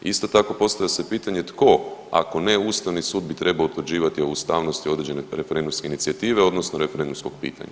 Isto tako postavlja se pitanje tko ako ne Ustavni sud bi trebao utvrđivati o ustavnosti određene referendumske inicijative odnosno referendumskog pitanja.